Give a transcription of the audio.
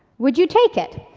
would you take it?